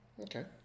Okay